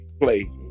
play